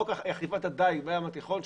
חוק אכיפת הדיג בים התיכון,